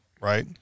right